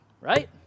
right